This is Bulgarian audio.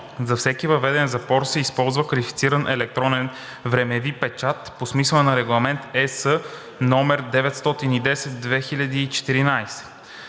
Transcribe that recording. За всеки въведен запор се използва квалифициран електронен времеви печат по смисъла на Регламент (ЕС) № 910/2014.